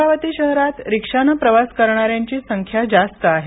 अमरावती शहरात रिक्षानं प्रवास करणाऱ्यांची संख्या जास्त आहे